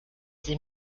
sie